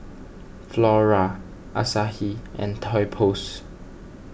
Flora Asahi and Toy Outpost